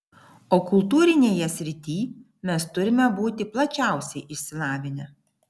o kultūrinėje srityj mes turime būti plačiausiai išsilavinę